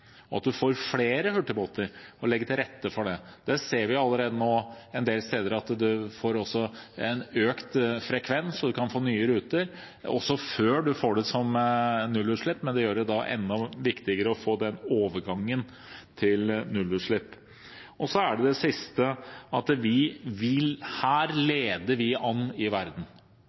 at man får flere hurtigbåter og legger til rette for det. Allerede nå ser vi en del steder at man får en økt frekvens, og man kan få nye ruter, også før man får det som nullutslipp. Men det gjør det enda viktigere å få den overgangen til nullutslipp. Og så er det det siste: Her leder vi an i verden.